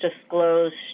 disclosed